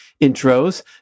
intros